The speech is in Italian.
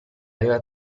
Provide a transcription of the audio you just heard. aveva